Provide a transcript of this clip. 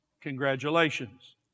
Congratulations